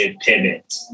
pivot